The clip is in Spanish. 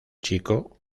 chico